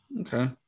Okay